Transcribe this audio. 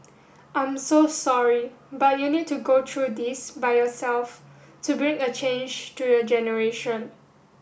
I'm so sorry but you need to go through this by yourself to bring a change to your generation